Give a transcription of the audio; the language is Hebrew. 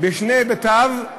בשני היבטיו,